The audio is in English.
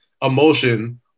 emotion